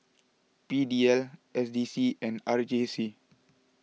P D L S D C and R J C